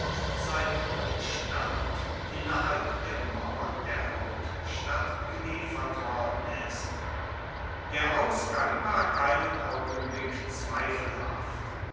seit rom stand innerhalb der mauern der hauptstadt geliefert worden ist der ausgang war keinen augenblick zweifelhaft